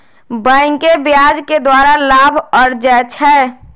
बैंके ब्याज के द्वारा लाभ अरजै छै